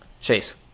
Chase